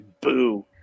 boo